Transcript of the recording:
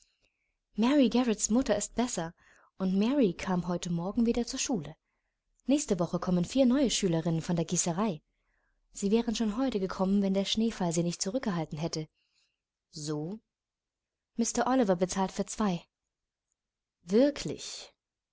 mary garretts mutter ist besser und mary kam heute morgen wieder zur schule nächste woche kommen vier neue schülerinnen von der gießerei sie wären schon heute gekommen wenn der schneefall sie nicht zurückgehalten hätte so mr oliver bezahlt für zwei wirklich